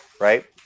right